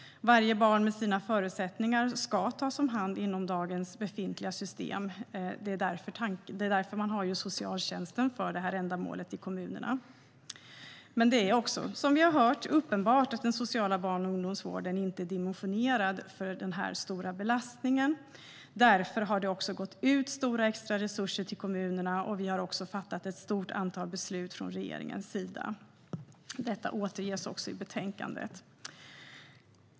Varje barn har sina förutsättningar och ska tas om hand inom dagens befintliga system. Man har socialtjänsten för det här ändamålet i kommunerna. Det är också, som vi har hört, uppenbart att den sociala barn och ungdomsvården inte är dimensionerad för den här stora belastningen. Därför har det gått ut stora extra resurser till kommunerna, och vi har fattat ett stort antal beslut från regeringens sida. Detta återges också i betänkandet.